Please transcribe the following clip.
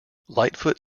lightfoot